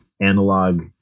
analog